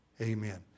Amen